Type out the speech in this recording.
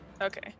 okay